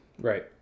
Right